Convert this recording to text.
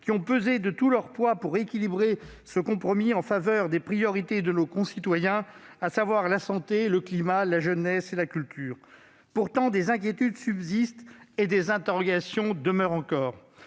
qui ont pesé de tout leur poids pour rééquilibrer ce compromis en faveur des priorités de nos concitoyens : la santé, le climat, la jeunesse et la culture. Pourtant, des inquiétudes et des interrogations demeurent.